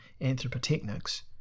anthropotechnics